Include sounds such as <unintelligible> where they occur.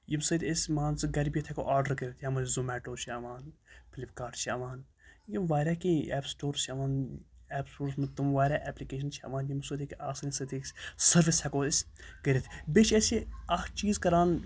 ییٚمہِ سۭتۍ أسۍ مان ژٕ گَرِ بِہِتھ ہٮ۪کو آرڈر کٔرِتھ یَتھ منٛز زُمیٹو چھِ یِوان فِلِپ کاٹ چھِ یِوان یِم واریاہ کیٚنٛہہ اٮ۪پ سِٹور چھِ یِوان اٮ۪پ سٕٹورَس منٛز تِم واریاہ اٮ۪پلِکیشَن چھےٚ یِوان یِم <unintelligible> آسٲنی سۭتی أسۍ سٔروِس ہٮ۪کو أسۍ کٔرِتھ بیٚیہِ چھِ اَسہِ یہِ اَکھ چیٖز کَران